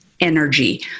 energy